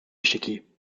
échiquier